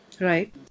Right